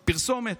פרסומת.